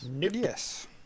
Yes